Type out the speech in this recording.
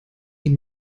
ihn